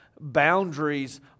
Boundaries